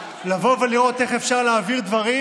לבוא ולראות איך אפשר להעביר דברים,